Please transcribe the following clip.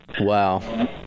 Wow